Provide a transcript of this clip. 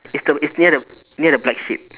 it's the it's near the near the black sheep